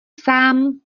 sám